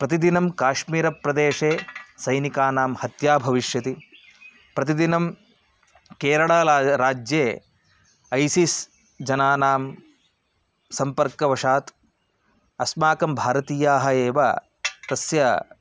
प्रतिदिनं काश्मिरप्रदेशे सैनिकानां हत्या भविष्यति प्रतिदिनं केरला राज्ये ऐसिस् जनानां सम्पर्कवशात् अस्माकं भारतीयाः एव तस्य